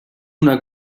una